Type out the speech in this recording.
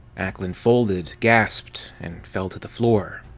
ackland folded, gasped, and fell to the floor.